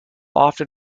often